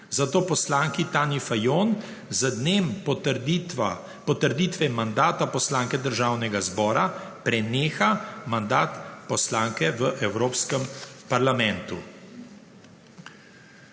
zato poslanki Tanji Fajon z dnem potrditve mandata poslanke Državnega zbora preneha mandat poslanke v Evropskem parlamentu.